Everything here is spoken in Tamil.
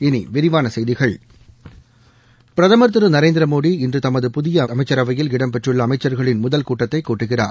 இனி விரிவான செய்திகள் பிரதமர் திரு நரேந்திரமோடி இன்று தமது புதிய அமைச்சரவையில் இடம் பெற்றுள்ள அமைச்சர்களின் முதல் கூட்டத்தை கூட்டுகிறார்